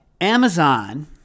Amazon